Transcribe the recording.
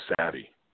savvy